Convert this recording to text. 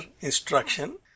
instruction